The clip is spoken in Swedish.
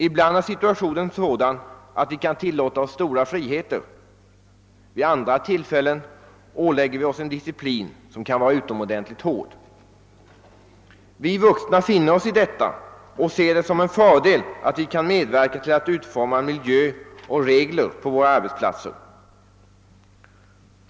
Ibland är situationen sådan att vi kan tillåta oss stora friheter, vid andra tillfällen ålägger vi oss en disciplin som kan vara utomordentligt hård. Vi vuxna finner oss i detta och ser det som en fördel att vi kan medverka till att utforma miljö och regler på våra arbetsplatser.